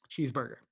Cheeseburger